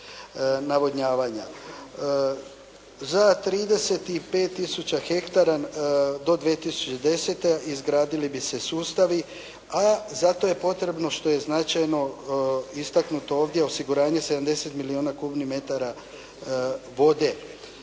navodnjavanja. Za 35 tisuća hektara do 2010. izgradili bi se sustavi, a za to je potrebno što je značajno istaknuto ovdje osiguranje 70 milijuna kubnih metara vode.